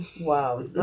Wow